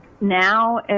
Now